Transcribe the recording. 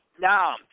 Now